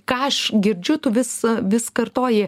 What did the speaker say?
ką aš girdžiu tu vis vis kartoji